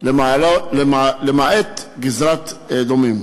למעט בגזרת אדומים,